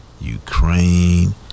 Ukraine